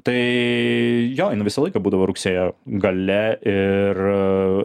tai jo visą laiką būdavo rugsėjo gale ir